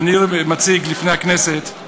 אני מציג לפני הכנסת את